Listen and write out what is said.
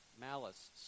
malice